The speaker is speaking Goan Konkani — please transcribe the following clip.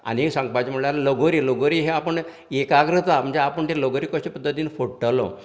आनी सांगपाचें म्हणल्यार लगोरी लगोरी हे आपूण एकाग्रता म्हणजे आपूण तें लगोरी कशें पध्दतीन फोडटलो